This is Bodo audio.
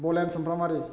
बलेन सुमफ्रामारि